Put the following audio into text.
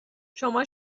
شما